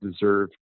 deserve